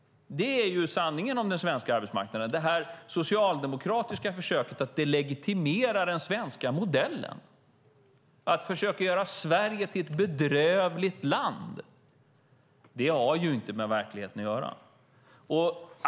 Det är sanningen om den svenska arbetsmarknaden. Det socialdemokratiska försöket att delegitimera den svenska modellen, att försöka göra Sverige till ett bedrövligt land, har inte med verkligheten att göra.